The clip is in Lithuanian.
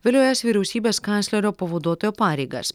vėliau ėjęs vyriausybės kanclerio pavaduotojo pareigas